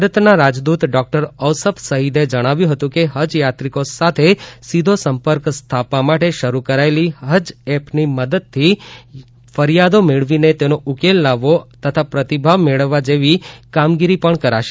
ભારતના રાજદૂત ડોકટર ઓસફ સઇદે જણાવ્યું હતું કે હજયાત્રિકો સાથે સીધો સંપર્ક સ્થાપવા માટે શરૂ કરાયેલી હજ એપ ની મદદથી ફરિયાદો મેળવીને તેનો ઉકેલ લાવવો તથા પ્રતિભાવ મેળવવા જેવી કામગીરી પણ કરાશે